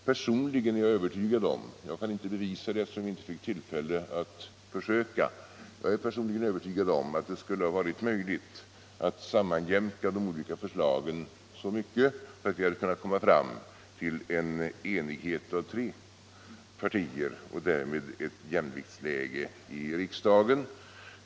Personligen är jag dock övertygad om —- jag kan inte bevisa det, eftersom vi inte fick tillfälle att försöka — att det skulle ha varit möjligt att sammanjämka de olika förslagen så mycket att vi hade kunnat komma fram till en enighet av tre partier och därmed ett jämviktsläge i riksdagen.